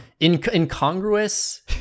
incongruous